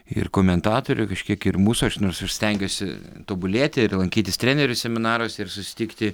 ir komentatorių kažkiek ir mūsų aš nors aš stengiuosi tobulėti ir lankytis trenerių seminaruose ir susitikti